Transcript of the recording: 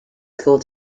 school